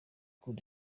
coup